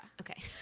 Okay